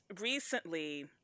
recently